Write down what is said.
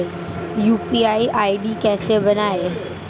UPI ID कैसे बनाएं?